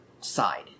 side